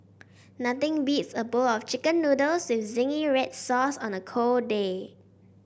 nothing beats a bowl of chicken noodles with zingy red sauce on a cold day